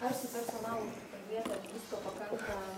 ar su personalu kalbėjot ar visko pakanka